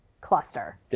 cluster